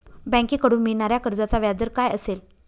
बँकेकडून मिळणाऱ्या कर्जाचा व्याजदर काय असेल?